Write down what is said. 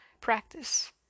practice